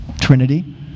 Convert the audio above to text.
Trinity